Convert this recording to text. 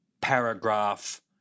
paragraph